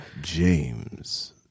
James